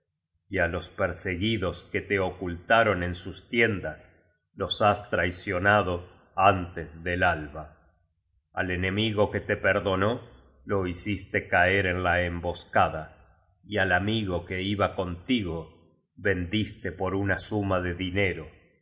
y á los perseguidos que te ocultaron en sus tiendas los has traicionado antes del alba ai enemigo qne te perdonó lo hiciste caer en la embos cada y al amigo que iba contigo vendiste por una suma de dinero